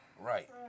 Right